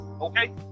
Okay